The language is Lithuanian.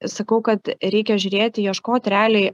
sakau kad reikia žiūrėti ieškot realiai